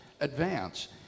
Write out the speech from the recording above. advance